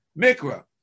Mikra